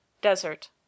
Desert